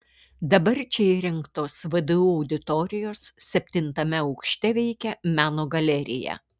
dabar čia įrengtos vdu auditorijos septintame aukšte veikia meno galerija